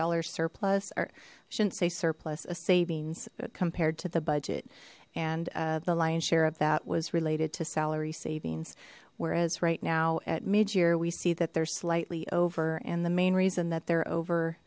dollar surplus or shouldn't say surplus a savings compared to the budget and the lion's share of that was related to salary savings whereas right now at mid year we see that they're slightly over and the main reason that they're over